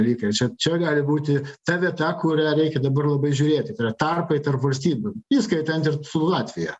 likę čia čia gali būti ta vieta kurią reikia dabar labai žiūrėti tai yra tarpai tarp valstybių įskaitant ir su latvija